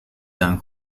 dan